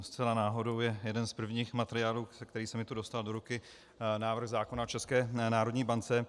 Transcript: Zcela náhodou je jeden z prvních materiálů, který se mi tu dostal do ruky, návrh zákona o České národní bance.